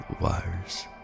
wires